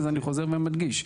אז אני חוזר ומדגיש.